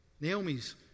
Naomi's